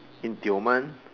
in Tioman